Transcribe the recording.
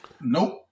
Nope